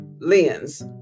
lens